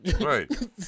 Right